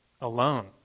alone